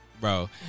bro